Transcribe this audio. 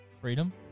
Freedom